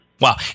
wow